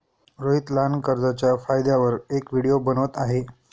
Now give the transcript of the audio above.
रोहित लहान कर्जच्या फायद्यांवर एक व्हिडिओ बनवत आहे